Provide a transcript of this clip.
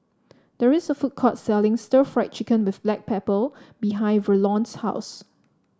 there is a food court selling Stir Fried Chicken with Black Pepper behind Verlon's house